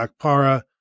Akpara